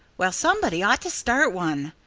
well, somebody ought to start one,